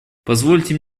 позвольте